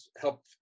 help